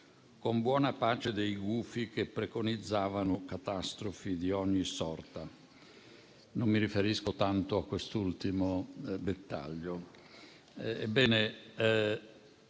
con buona pace dei gufi che preconizzavano catastrofi di ogni sorta» (e non mi riferisco tanto a quest'ultimo dettaglio).